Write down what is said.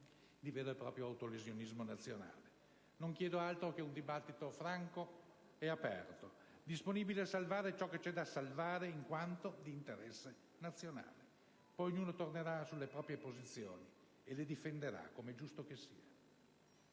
di vero e proprio autolesionismo nazionale. Non chiedo altro che un dibattito franco e aperto, disponibile a salvare ciò che c'è da salvare in quanto di interesse nazionale; poi ognuno tornerà sulle proprie posizioni e le difenderà, com'è giusto che sia.